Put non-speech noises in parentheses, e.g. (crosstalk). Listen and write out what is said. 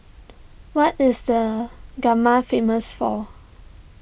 what is the (unintelligible) famous for